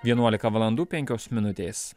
vienuolika valandų penkios minutės